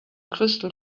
crystal